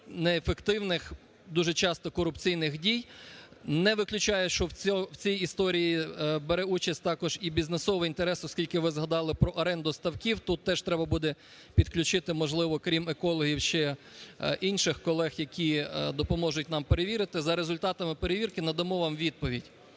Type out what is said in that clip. неефективних, дуже часто корупційних дій. Не виключаю, що в цій історії бере участь також і бізнесовий інтерес, оскільки ви згадали про оренду ставків, тут теж треба буде підключити можливо крім екологів ще інших колег, які допоможуть нам перевірити, за результатами перевірки, надамо вам відповідь.